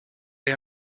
est